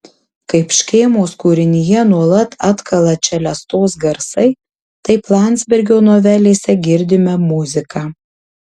kaip škėmos kūrinyje nuolat atkala čelestos garsai taip landsbergio novelėse girdime muziką